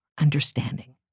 understanding